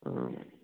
ꯑꯪ